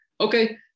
Okay